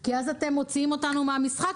כי אז אתם מוציאים אותנו מהמשחק.